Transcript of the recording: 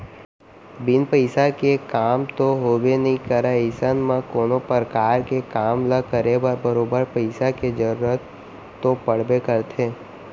बिन पइसा के काम तो होबे नइ करय अइसन म कोनो परकार के काम ल करे बर बरोबर पइसा के जरुरत तो पड़बे करथे